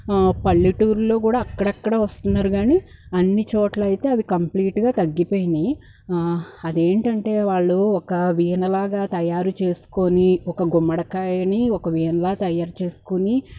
పల్లెటూర్ల్లో కూడా అక్కడక్కడ వస్తున్నారు కానీ అన్ని చోట్ల అయితే అవి కంప్లీట్గా తగ్గిపోయినాయి అదేంటంటే వాళ్ళు ఒక వీణలాగ తయారుచేసుకొని ఒక గుమ్మడకాయని ఒక వీణలా తయారుచేసుకొని